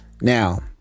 Now